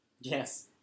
Yes